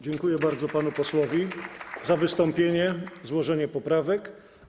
Dziękuję bardzo panu posłowi za wystąpienie i złożenie poprawek.